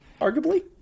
Arguably